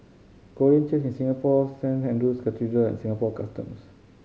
Korean Church in Singapore Saint Andrew's Cathedral and Singapore Customs